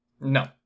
No